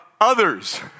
others